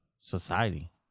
society